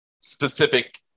specific